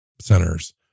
centers